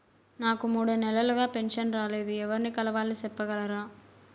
నాకు మూడు నెలలుగా పెన్షన్ రాలేదు ఎవర్ని కలవాలి సెప్పగలరా?